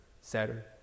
Saturn